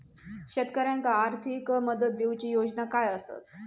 शेतकऱ्याक आर्थिक मदत देऊची योजना काय आसत?